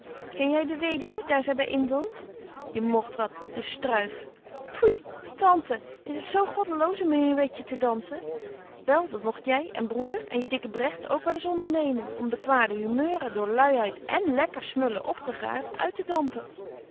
ken jy de weduwe daar zy by inwoont je mogt wat een struif puis tante is het zo goddeloos een menuetje te dansen wel dat mogt jy en broeder en je dikke bregt ook wel eens onderbetje wolff en aagje deken historie van mejuffrouw sara burgerhart nemen om de kwade humeuren door luiheid en lékker smullen opgegâert uit te dampen